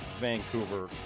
Vancouver